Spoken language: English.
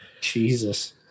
Jesus